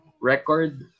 record